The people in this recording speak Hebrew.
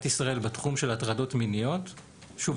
ישראל בתחום של הטרדות מיניות שוב,